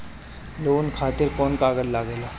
Loan खातिर कौन कागज लागेला?